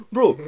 Bro